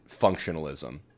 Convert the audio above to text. functionalism